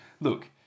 look